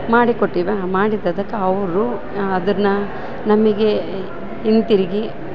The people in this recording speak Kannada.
ಮಾಡಿ ಕೊಟ್ಟಿವ ಮಾಡಿದದಕ್ಕೆ ಅವರು ಅದನ್ನ ನಮಗೆ ಹಿಂತಿರ್ಗಿ